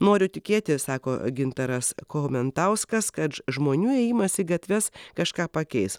noriu tikėti sako gintaras chomentauskas kad žmonių ėjimas į gatves kažką pakeis